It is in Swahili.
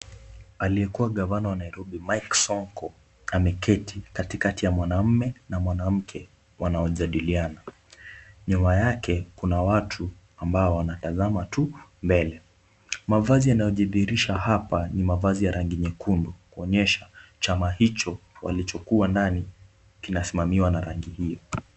Aliyekuwa gavana wa Nairobi Mike Sonko ameketi katikati ya mwanamume na mwanamke wanaojadiliana, nyuma yake kuna watu ambao wanatazama tu mbele, mavazi yanayojidhihirisha hapa ni mavazi ya rangi nyekundu, kuonyesha chama hicho walichokuwa ndani kinasimamiwa na rangi hiyo.